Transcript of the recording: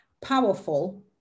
powerful